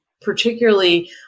particularly